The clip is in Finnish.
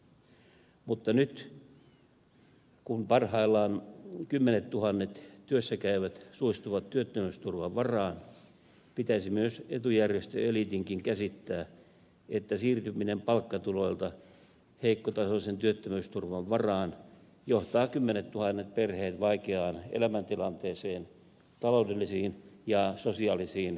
mutta nyt kun parhaillaan kymmenettuhannet työssäkäyvät suistuvat työttömyysturvan varaan pitäisi myös etujärjestöeliitin käsittää että siirtyminen palkkatuloilta heikkotasoisen työttömyysturvan varaan johtaa kymmenettuhannet perheet vaikeaan elämäntilanteeseen taloudellisiin ja sosiaalisiin vaikeuksiin